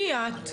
מי את?